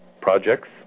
projects